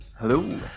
Hello